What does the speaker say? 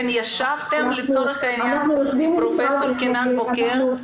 ישבתם לצורך העניין עם פרופ' קינן בוקר?